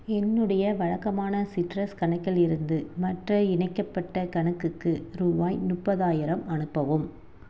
என்னுடைய வழக்கமான சிட்ரஸ் கணக்கிலிருந்து மற்ற இணைக்கப்பட்ட கணக்குக்கு ரூபாய் முப்பதாயிரம் அனுப்பவும்